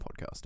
podcast